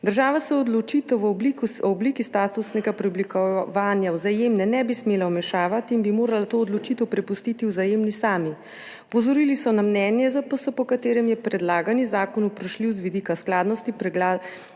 Država se v odločitev v obliki statusnega preoblikovanja Vzajemne ne bi smela vmešavati in bi morala to odločitev prepustiti Vzajemni sami. Opozorili so na mnenje ZPS, po katerem je predlagani zakon vprašljiv z vidika skladnosti predlagane